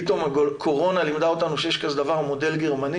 פתאום הקורונה לימדה אותנו שיש כזה דבר מודל גרמני,